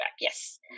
Yes